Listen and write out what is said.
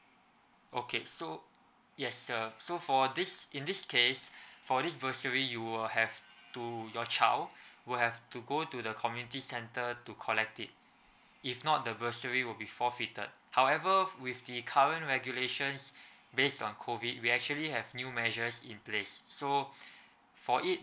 okay so yes sir so for this in this case for this bursary you will have to your child will have to go to the community center to collect it if not the bursary will be forfeited however with the current regulations based on COVID we actually have new measures in place so for it